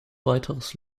weiteres